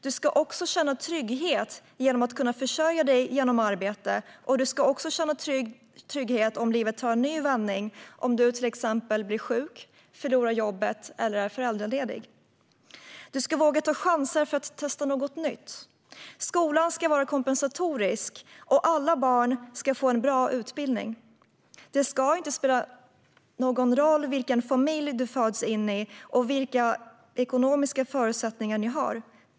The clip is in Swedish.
Du ska känna trygghet genom att kunna försörja dig genom arbete, och du ska känna dig trygg om livet tar en ny vändning - om du till exempel blir sjuk, förlorar jobbet eller är föräldraledig. Du ska våga ta chanser för att testa något nytt. Skolan ska vara kompensatorisk, och alla barn ska få en bra utbildning. Det ska inte spela någon roll vilken familj du föds in i eller vilka ekonomiska förutsättningar ni har.